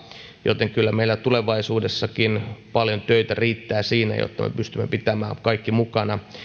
joten kyllä meillä tulevaisuudessakin paljon töitä riittää siinä jotta me pystymme pitämään kaikki mukana